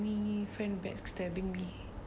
any friend backstabbing me